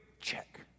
Check